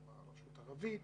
מדובר ברשות ערבית